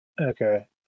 Okay